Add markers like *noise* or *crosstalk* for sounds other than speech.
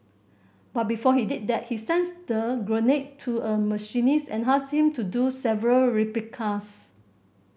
but before he did that he *unintelligible* the grenade to a machinist and asked him to do several replicas